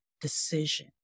decision